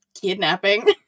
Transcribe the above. kidnapping